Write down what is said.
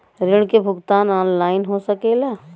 ऋण के भुगतान ऑनलाइन हो सकेला?